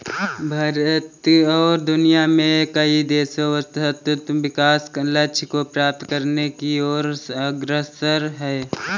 भारत और दुनिया में कई देश सतत् विकास लक्ष्य को प्राप्त करने की ओर अग्रसर है